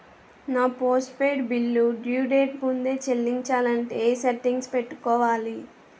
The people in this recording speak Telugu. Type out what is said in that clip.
నా postpaid bill due date ముందే చెల్లించాలంటే ఎ సెట్టింగ్స్ పెట్టుకోవాలి?